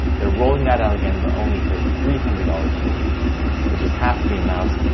they're rolling that out again but only for three hundred dollars per week which is half the amount.